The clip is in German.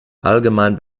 allgemein